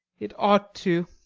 it ought to,